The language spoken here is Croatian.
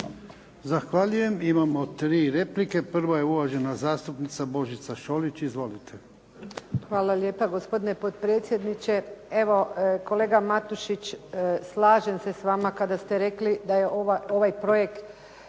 Zahvaljujem. Imamo tri replike. Prvo je uvažena zastupnica Božica Šolić. Izvolite. **Šolić, Božica (HDZ)** Hvala lijepa gospodine potpredsjedniče. Kolega Matušić, slažem se s vama kada ste rekli da je ovaj projekt